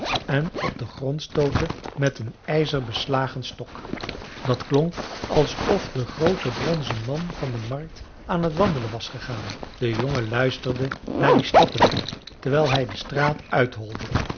en op den grond stootte met een met ijzer beslagen stok dat klonk alsof de groote bronzen man van de markt aan t wandelen was gegaan de jongen luisterde naar die stappen terwijl hij de straat uitholde